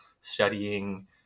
studying